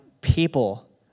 people